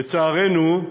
לצערנו,